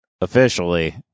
officially